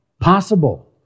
possible